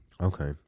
Okay